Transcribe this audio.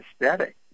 aesthetic